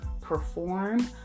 perform